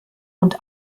und